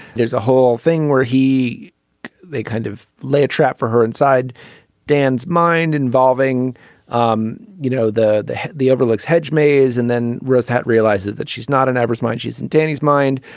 there's a whole thing where he kind of lay a trap for her inside dan's mind involving um you know the the the overlooks hedge maze and then rose that realizes that she's not an average mind she's in danny's mind.